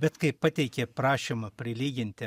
bet kai pateikė prašymą prilyginti